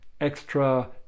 extra